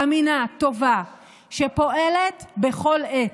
אמינה, טובה, שפועלת בכל עת,